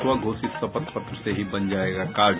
स्व घोषित शपथ पत्र से ही बन जायेगा कार्ड